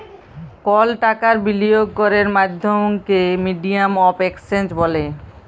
call টাকার বিলিয়গ ক্যরের মাধ্যমকে মিডিয়াম অফ এক্সচেঞ্জ ব্যলে